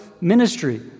ministry